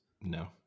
No